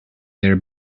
their